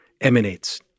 emanates